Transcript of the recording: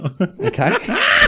Okay